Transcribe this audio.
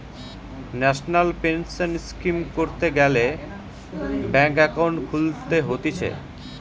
national pension scheme করতে গ্যালে bank account খুলতে হতিছে